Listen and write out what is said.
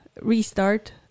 restart